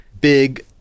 big